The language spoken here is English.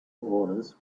orders